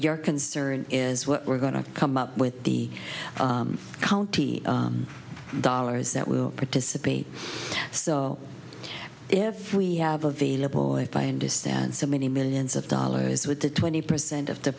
your concern is what we're going to come up with the county dollars that will participate so if we have available if i understand so many millions of dollars with the twenty percent of the